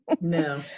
no